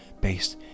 based